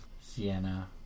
Sienna